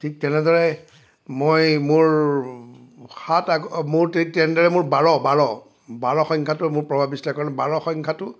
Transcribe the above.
ঠিক তেনেদৰে মই মোৰ সাত মোৰ তেনেদৰে মোৰ বাৰ বাৰ বাৰ সংখ্যাটোৱে মোক প্ৰভাৱ বিস্তাৰ কৰে কাৰণ বাৰ সংখ্যাটো